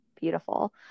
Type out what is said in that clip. beautiful